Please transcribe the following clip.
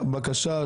התקבל.